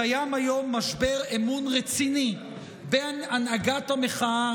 קיים היום משבר אמון רציני בין הנהגת המחאה